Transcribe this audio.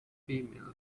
females